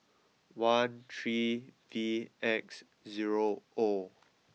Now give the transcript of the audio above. one three V X zero oh